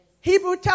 Hebrew